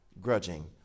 grudging